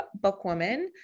Bookwoman